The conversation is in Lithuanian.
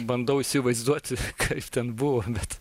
bandau įsivaizduoti kaip ten buvo bet